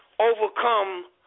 overcome